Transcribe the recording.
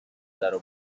درو